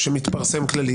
שמתפרסם כללי,